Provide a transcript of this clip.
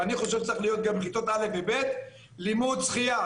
ואני חושב שזה צריך להיות גם בכיתות א' ו-ב' לימוד שחייה.